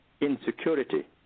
insecurity